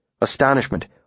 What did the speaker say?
Astonishment